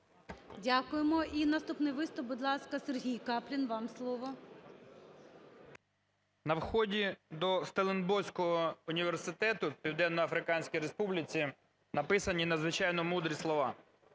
Дякуємо. І наступний виступ, будь ласка, Сергій Каплін, вам слово. 16:41:34 КАПЛІН С.М. На вході до Стелленбоського університету в Південно-Африканській Республіці написані надзвичайно мудрі слова: